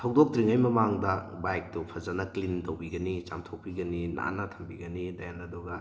ꯊꯧꯗꯣꯛꯇ꯭ꯔꯤꯉꯩ ꯃꯃꯥꯡꯗ ꯕꯥꯏꯛꯇꯨ ꯐꯖꯅ ꯀ꯭ꯂꯤꯟ ꯇꯧꯕꯤꯒꯅꯤ ꯆꯥꯝꯊꯣꯛꯄꯤꯒꯅꯤ ꯅꯥꯟꯅ ꯊꯝꯕꯤꯒꯅꯤ ꯗꯦꯟ ꯑꯗꯨꯒ